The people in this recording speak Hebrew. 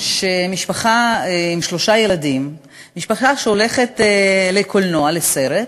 עם שלושה ילדים שהולכת לקולנוע, לסרט,